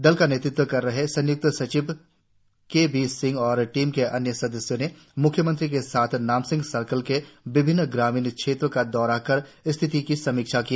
दल का नेतृत्व कर रहे संय्क्त सचिव के बी सिंह और टीम के अन्य सदस्यों ने म्ख्यमंत्री के साथ नामसिंग सर्किल के विभिन्न ग्रामीण क्षेत्रों का दौरा कर स्थिति की समीक्षा की